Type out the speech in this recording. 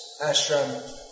ashram